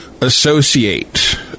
associate